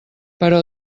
però